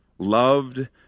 loved